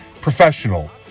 professional